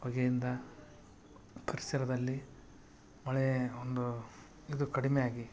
ಹೊಗೆಯಿಂದ ಪರಿಸರದಲ್ಲಿ ಮಳೆ ಒಂದು ಇದು ಕಡಿಮೆ ಆಗಿ